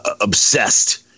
obsessed